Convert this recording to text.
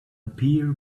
appear